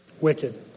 Wicked